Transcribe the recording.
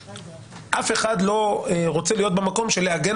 אף אחד לא רוצה להיות במקום של להגן